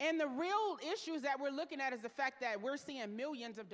and the real issues that we're looking at is the fact that we're seeing the millions of